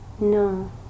No